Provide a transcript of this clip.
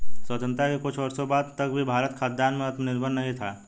स्वतंत्रता के कुछ वर्षों बाद तक भी भारत खाद्यान्न में आत्मनिर्भर नहीं था